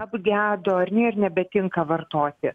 apgedo ar ne ir nebetinka vartoti